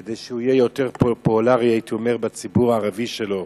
כדי שהוא יהיה יותר פופולרי בציבור הערבי שלו.